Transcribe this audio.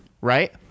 right